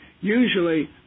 usually